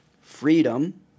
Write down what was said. freedom –